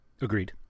Agreed